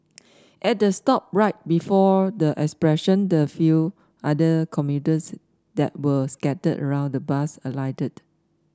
at the stop right before the expression the few other commuters that were scattered around the bus alighted